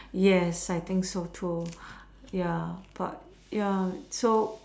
yes I think so too ya but ya so